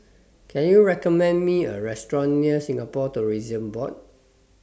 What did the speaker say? Can YOU recommend Me A Restaurant near Singapore Tourism Board